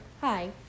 Hi